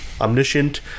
omniscient